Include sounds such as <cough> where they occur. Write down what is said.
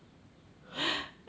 <noise> actually